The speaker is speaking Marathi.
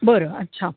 बरं अच्छा